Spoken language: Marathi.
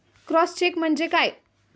क्रॉस चेक म्हणजे काय?